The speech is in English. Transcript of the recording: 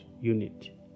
unit